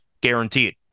guaranteed